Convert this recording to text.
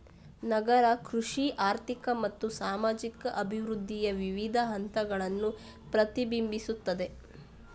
ನಗರ ಕೃಷಿ ಆರ್ಥಿಕ ಮತ್ತು ಸಾಮಾಜಿಕ ಅಭಿವೃದ್ಧಿಯ ವಿವಿಧ ಹಂತಗಳನ್ನು ಪ್ರತಿಬಿಂಬಿಸುತ್ತದೆ